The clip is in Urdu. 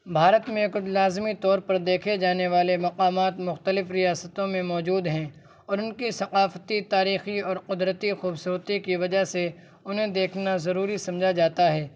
بھارت میں کچھ لازمی طور پر دیکھے جانے والے مقامات مختلف ریاستوں میں موجود ہیں اور ان کی ثقافتی تاریخی اور قدرتی خوبصورتی کی وجہ سے انہیں دیکھنا ضروری سمجھا جاتا ہے